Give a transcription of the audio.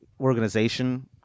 organization